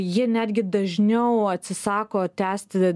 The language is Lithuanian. jie netgi dažniau atsisako tęsti